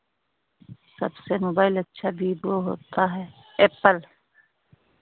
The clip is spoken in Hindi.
सबसे मोबाइल अच्छा विवो का है एप्पल